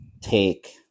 take